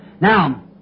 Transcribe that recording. Now